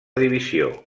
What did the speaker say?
divisió